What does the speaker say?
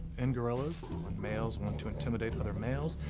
in gorillas, when males want to intimidate other males,